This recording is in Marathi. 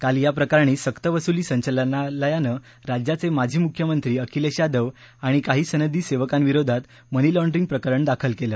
काल या प्रकरणी सक्तवसुली संचालनालयानं राज्याचे माजी मुख्यमंत्री अखिलेश यादव आणि काही सनदी सेवकांविरोधात मनी लाँडरिंग प्रकरण दाखल केलं